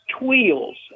tweels